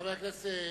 חבר הכנסת וקנין,